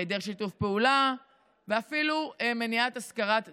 היעדר שיתוף פעולה ואפילו מניעת השכרת הדירה.